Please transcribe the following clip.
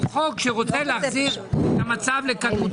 הוא חוק שרוצה להחזיר את המצב לקדמותו,